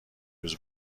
روز